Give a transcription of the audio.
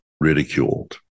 ridiculed